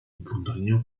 внутреннего